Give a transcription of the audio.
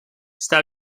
está